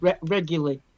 regularly